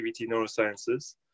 Neurosciences